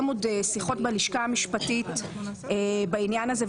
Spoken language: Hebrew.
עוד שיחות בלשכה המשפטית בעניין הזה,